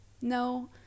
No